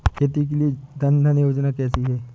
खेती के लिए जन धन योजना कैसी है?